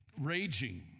raging